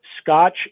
Scotch